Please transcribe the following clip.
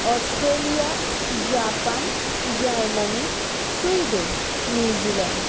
Australia Japan Germany Sweden New Zealand